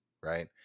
right